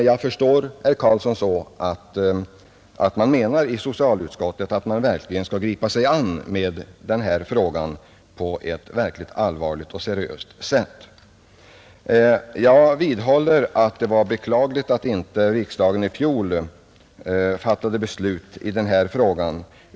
Jag förstår herr Karlsson så att man inom socialutskottet menar att man verkligen skall gripa sig an med denna fråga på ett allvarligt och seriöst sätt. Jag vidhåller att det var beklagligt att riksdagen i fjol inte fattade ett positivt beslut i denna fråga.